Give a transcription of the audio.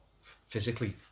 physically